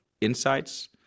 insights